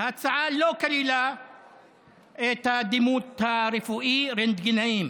אני חושב שזה רעיון מאוד הגיוני.